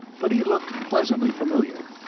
but he looked pleasantly familiar.